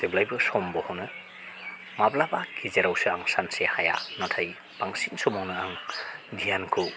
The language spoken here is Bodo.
जेब्लायबो सम बहनो माब्लाबा गेजेरावसो आं सानसे हाया नाथाय बांसिन समावनो आं ध्यानखौ